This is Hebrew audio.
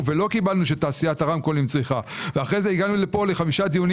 ולא קיבלנו שתעשיית הרמקולים צריכה ואז הגענו לפה לחמישה דיונים